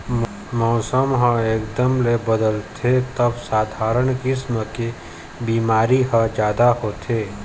मउसम ह एकदम ले बदलथे तब सधारन किसम के बिमारी ह जादा होथे